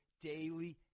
daily